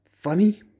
funny